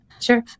Sure